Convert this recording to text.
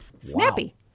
Snappy